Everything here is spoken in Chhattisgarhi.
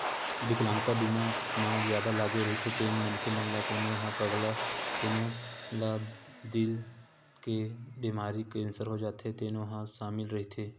बिकलांगता बीमा म जादा लागे रहिथे तेन मनखे ला कोनो ह पगला जाथे तेनो ला दिल के बेमारी, केंसर हो जाथे तेनो ह सामिल रहिथे